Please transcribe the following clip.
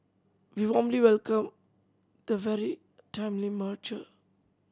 we warmly welcome the very timely merger